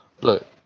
Look